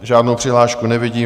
Žádnou přihlášku nevidím.